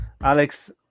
Alex